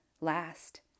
Last